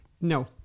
No